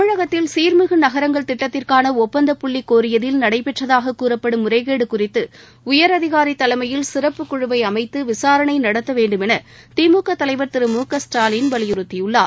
தமிழகத்தில் சீர்மிகுநகரங்கள் திட்டத்திற்கானஒப்பந்தப்புள்ளிகோரியதில் நடைபெற்றதாகக் கூறப்படும் முறைகேடுகுறிக்துடயரதிகாரிதலைமையில் சிறப்பு குழுவைஅமைத்துவிசாரணைநடத்தவேண்டுமெனதிமுக தலைவர் திரு மு க ஸ்டாலின் வலியுறத்தியுள்ளார்